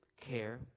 care